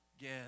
Get